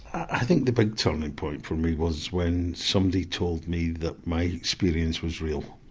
i think the big turning point for me was when somebody told me that my experience was real.